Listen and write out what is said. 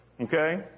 okay